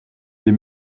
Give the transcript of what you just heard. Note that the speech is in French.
des